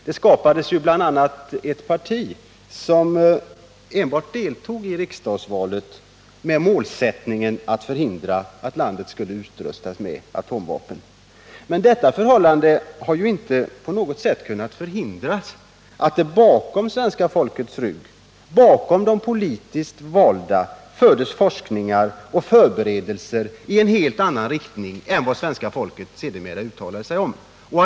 Det skapades ju bl.a. ett parti som deltog i riksdagsvalet enbart med målsättningen att förhindra att landet skulle utrustas med atomvapen. Men detta förhållande utesluter ju inte att det bakom svenska folkets rygg och bakom de politiskt valda skedde forskningar och förberedelser i en helt annan riktning än den som svenska folket sedermera uttalade sig för.